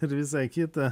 ir visai kita